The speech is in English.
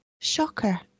Shocker